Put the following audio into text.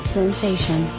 sensation